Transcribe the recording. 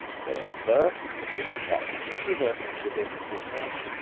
then, sir, continued parkinson, reverting to the business in hand,